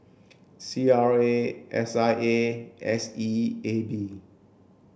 C R A S I A S E A B